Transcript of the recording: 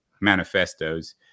manifestos